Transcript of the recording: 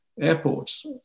airports